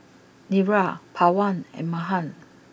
Niraj Pawan and Mahan